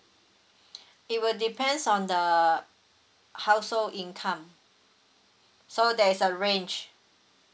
it will depends on the household income so there's a range